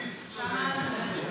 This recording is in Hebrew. שמענו.